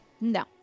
No